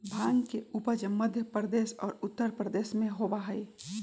भांग के उपज मध्य प्रदेश और उत्तर प्रदेश में होबा हई